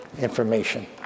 Information